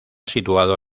situado